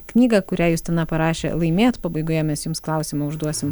knygą kurią justina parašė laimėt pabaigoje mes jums klausimą užduosim